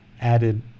added